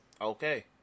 Okay